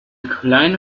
kleine